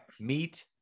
meet